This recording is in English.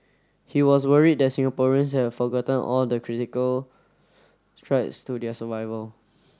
he was worried that Singaporeans have forgotten all the critical threats to their survival